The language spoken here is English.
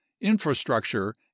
infrastructure